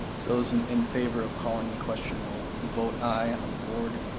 so those in in favor of calling the question will vote aye on the board.